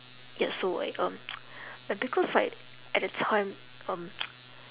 ya so like um like because like at that time um